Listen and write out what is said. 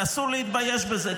ואסור להתבייש בזה,